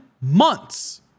months